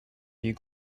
you